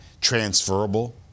transferable